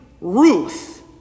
Ruth